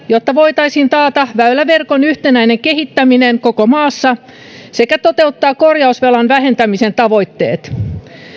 jotta voitaisiin taata väyläverkon yhtenäinen kehittäminen koko maassa sekä toteuttaa korjausvelan vähentämisen tavoitteet